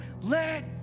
Let